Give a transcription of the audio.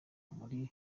muri